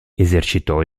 esercitò